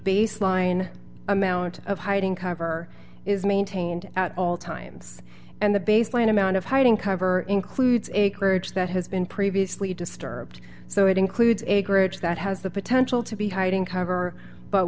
baseline amount of hiding cover is maintained at all times and the baseline amount of hiding cover includes acreage that has been previously disturbed so it includes acreage that has the potential to be hiding cover but